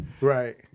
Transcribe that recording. Right